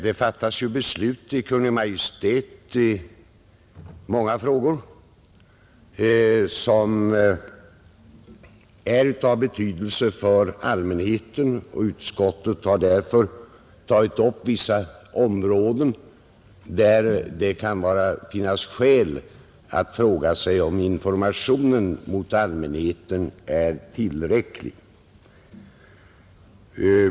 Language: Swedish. Det fattas ju beslut av Kungl. Maj:t i många frågor, som är av betydelse för allmänheten, och utskottet har tagit upp vissa områden där det kan finnas skäl att fråga sig om informationen till allmänheten är tillräcklig.